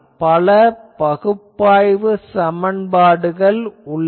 பல பகுப்பாய்வு சமன்பாடுகள் உள்ளன